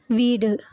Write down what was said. வீடு